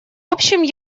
общем